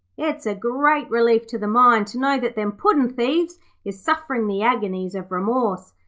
it's a great relief to the mind to know that them puddin'-thieves is sufferin the agonies of remorse,